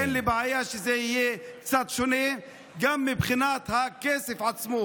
אין לי בעיה שזה יהיה קצת שונה גם מבחינת הכסף עצמו.